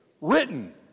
Written